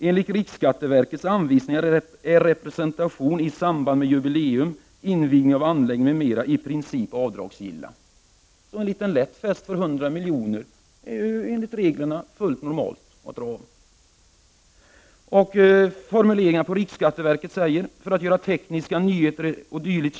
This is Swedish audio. Enligt riksskatteverkets anvisningar är representation i samband med jubileum, invigning av anläggning m.m. i princip avdragsgill. En liten fest för hundra miljoner är det fullt normalt att dra av för, enligt reglerna. Riksskatteverkets formulering lyder: ”För att göra tekniska nyheter e.d.